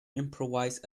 improvise